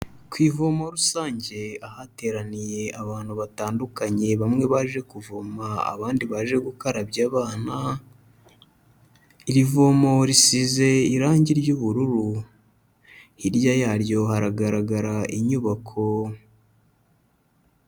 Ku ivomo rusange ahateraniye abantu batandukanye bamwe baje kuvoma abandi baje gukarabya abana, iri vomo risize irangi ry'ubururu, hirya yaryo haragaragara inyubako.